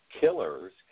killers